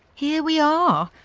here we are.